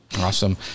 awesome